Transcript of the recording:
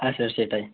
হ্যাঁ স্যার সেটাই